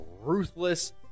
ruthless